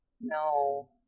No